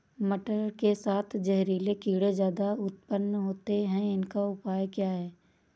मटर के साथ जहरीले कीड़े ज्यादा उत्पन्न होते हैं इनका उपाय क्या है?